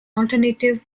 alternative